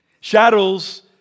Shadows